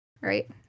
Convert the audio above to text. Right